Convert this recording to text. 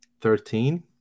Thirteen